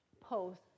post